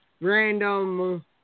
random